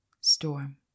Storm